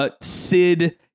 Sid